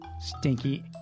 stinky